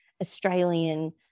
Australian